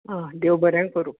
आं देव बरे करूं